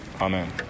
Amen